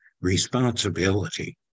responsibility